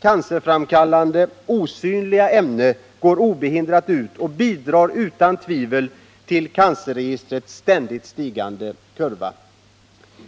cancerframkallande, osynliga ämnen går obehindrat ut och bidrar utan tvivel till cancerregistrets ständigt stigande kurva.